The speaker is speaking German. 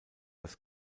das